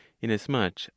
inasmuch